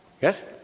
Yes